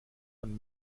man